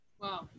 Wow